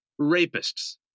rapists